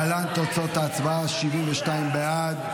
להלן תוצאות ההצבעה: 72 בעד,